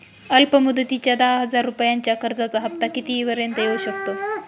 अल्प मुदतीच्या दहा हजार रुपयांच्या कर्जाचा हफ्ता किती पर्यंत येवू शकतो?